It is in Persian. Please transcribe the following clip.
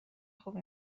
خوب